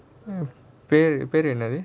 hmm பெரு பெரு என்னது:peru peru ennathu